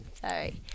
Sorry